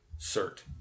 cert